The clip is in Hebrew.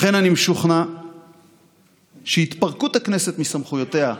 לכן אני משוכנע שהתפרקות הכנסת מסמכויותיה,